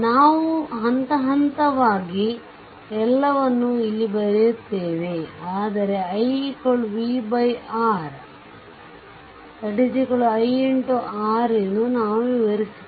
ನಾವು ಹಂತ ಹಂತವಾಗಿ ಎಲ್ಲವನ್ನೂ ಇಲ್ಲಿ ಬರೆಯುತ್ತೇವೆ ಆದರೆ i v R i R ಎಂದು ನಾನು ವಿವರಿಸುತ್ತೇನೆ